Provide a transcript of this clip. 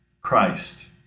Christ